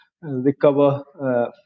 recover